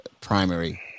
primary